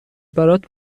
برات